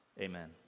Amen